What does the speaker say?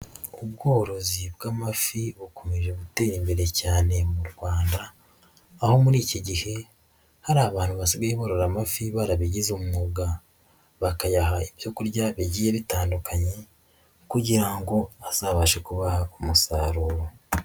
Ubworozi bw'amafi bukomeje gutera imbere cyane mu Rwanda, aho muri iki gihe hari abantu basigaye borora amafi barabigize umwuga, bakayaha ibyo kurya bigiye bitandukanye kugira ngo azabashe kubaha ku musaruro.